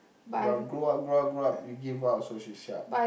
but grow up grow up grow up you give what also she siap